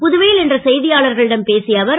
புதுவையில் இன்று செய்தியாளர்களிடம் பேசிய அவர்